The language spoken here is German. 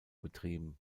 betrieben